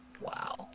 Wow